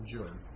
June